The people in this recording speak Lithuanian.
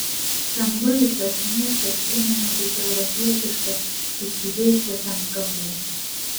san luisas miestas primenantis europietišką išsidėstęs ant kalvų